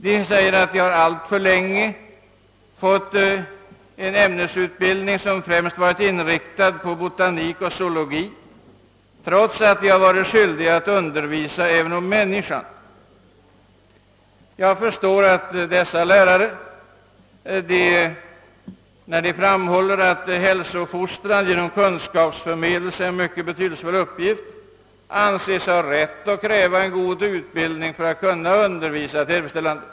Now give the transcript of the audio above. De säger att de alltför länge fått en ämnesutbildning som främst varit inriktad på botanik och zoologi trots att de också varit skyldiga att undervisa om människan. När dessa lärare framhåller att hälsofostran genom kunskapsförmedling är mycket betydelsefull förstår jag också, att de anser sig ha rätt att kräva en god utbildning för att kunna undervisa tillfredsställande.